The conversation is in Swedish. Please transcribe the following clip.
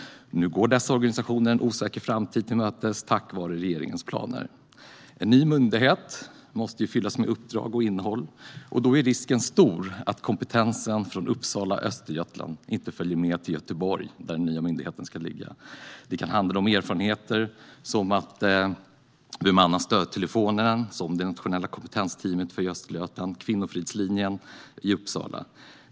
Nu går dessa organisationer en osäker framtid till mötes, tack vare regeringens planer. En ny myndighet måste fyllas med uppdrag och innehåll. Då är risken stor att kompetensen från Uppsala och Östergötland inte följer med till Göteborg, där den nya myndigheten ska ligga. Det kan handla om erfarenheter som att bemanna stödtelefonen som det nationella kompetensteamet för Östergötland och Kvinnofridslinjen i Uppsala har.